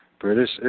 British